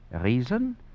reason